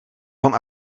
van